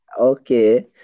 okay